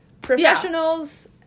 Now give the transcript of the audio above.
Professionals